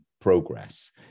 progress